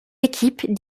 équipes